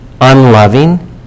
unloving